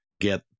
get